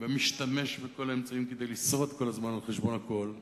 ומשתמש בכל מיני אמצעים כדי לשרוד כל הזמן על חשבון הכול.